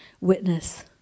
witness